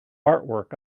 artwork